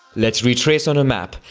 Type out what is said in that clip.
let's retrace on a map,